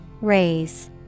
Raise